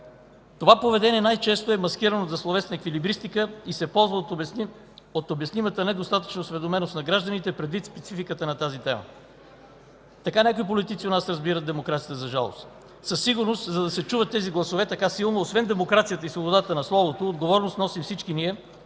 Това поведение най-често е маскирано зад словесна еквилибристика и се ползва от обяснимата недостатъчна осведоменост на гражданите, предвид спецификата на тази тема. Така някои политици у нас разбират демокрацията, за жалост. Със сигурност, за да се чуват тези гласове така силно, освен демокрацията и свободата на словото, отговорност носим всички ние,